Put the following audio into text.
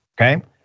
okay